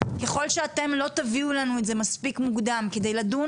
ככל שאתם לא תביאו לנו את זה מספיק מוקדם על מנת שנדון